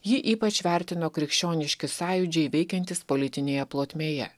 jį ypač vertino krikščioniški sąjūdžiai veikiantys politinėje plotmėje